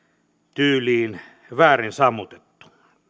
tyyliin väärin sammutettu